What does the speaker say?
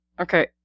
Okay